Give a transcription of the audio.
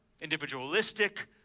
individualistic